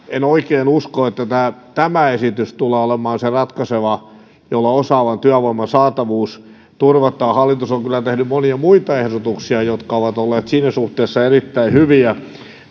en oikein usko että tämä esitys tulee olemaan se ratkaiseva jolla osaavan työvoiman saatavuus turvataan hallitus on kyllä tehnyt monia muita ehdotuksia jotka ovat olleet siinä suhteessa erittäin hyviä